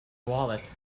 wallet